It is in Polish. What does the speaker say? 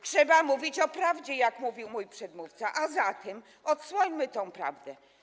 Trzeba mówić o prawdzie, jak mówił mój przedmówca, a zatem odsłońmy tę prawdę.